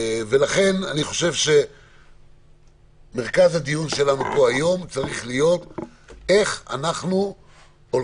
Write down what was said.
לכן אני חושב שמרכז הדיון שלנו פה היום צריך להיות איך אנחנו הולכים